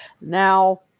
now